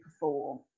perform